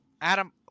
Adam